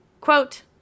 Quote